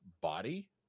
body